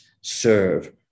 serve